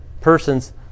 persons